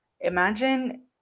Imagine